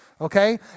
okay